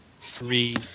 three